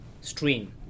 stream